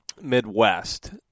Midwest